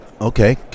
Okay